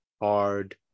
hard